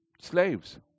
slaves